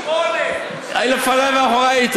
היית לפני ואחרי.